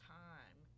time